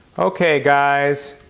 okay guys,